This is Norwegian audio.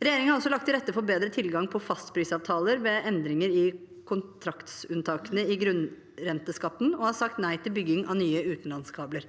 Regjeringen har også lagt til rette for bedre tilgang på fastprisavtaler ved endringer i kontraktsunntakene i grunnrenteskatten og har sagt nei til bygging av nye utenlandskabler.